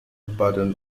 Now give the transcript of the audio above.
button